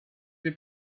they